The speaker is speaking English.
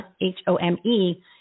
H-O-M-E